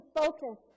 focus